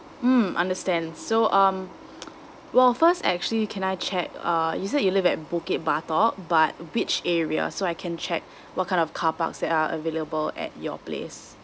mmhmm understand so um well first actually can I check uh you said you live at bukit batok but which area so I can check what kind of car parks that are available at your place